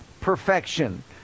perfection